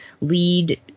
lead